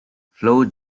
flow